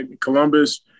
Columbus